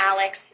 Alex